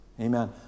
Amen